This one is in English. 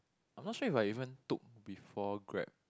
I'm not sure if I even took before Grab